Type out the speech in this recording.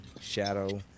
shadow